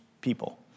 people